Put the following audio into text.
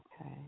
Okay